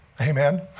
Amen